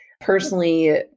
personally